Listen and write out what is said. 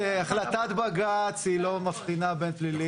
החלטת בג"ץ לא מבחינה בין פליליים לביטחוניים.